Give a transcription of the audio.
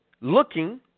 looking